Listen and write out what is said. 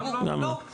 לא, לא, גם לא, גם לא.